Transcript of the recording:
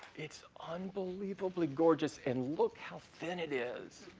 it's unbelievably gorgeous, and look how thin it is.